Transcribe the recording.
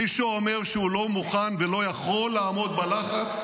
מי שהוא אומר שהוא לא מוכן ולא יכול לעמוד בלחץ,